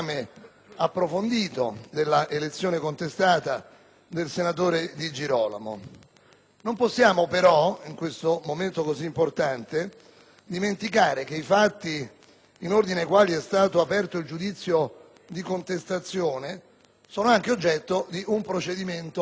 Non possiamo però in questo momento così importante dimenticare che i fatti in ordine ai quali è stato aperto il giudizio di contestazione sono anche oggetto di un procedimento penale